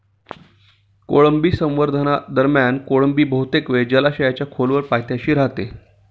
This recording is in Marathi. कोळंबी संवर्धनादरम्यान कोळंबी बहुतेक वेळ जलाशयाच्या खोलवर पायथ्याशी राहते